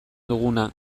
duguna